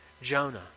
Jonah